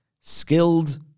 skilled